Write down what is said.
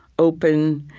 open,